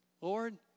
Lord